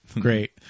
Great